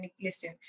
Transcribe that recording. Listen